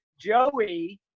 joey